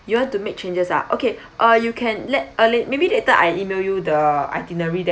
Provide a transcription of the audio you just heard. you want to make changes ah okay uh you can let uh maybe later I email you the itinerary